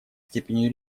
степенью